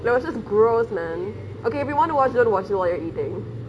it was just gross man okay if you want to watch don't watch it while you're eating